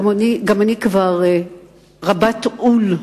גם אני כבר רבת עול,